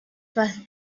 first